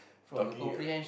talking uh